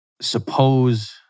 suppose